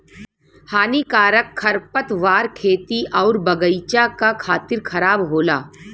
हानिकारक खरपतवार खेती आउर बगईचा क खातिर खराब होला